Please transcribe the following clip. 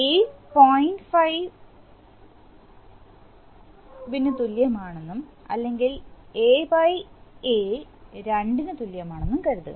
5 ന് തുല്യമാണെന്നും അല്ലെങ്കിൽ A a 2 ന് തുല്യമാണെന്നും കരുതുക